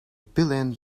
billion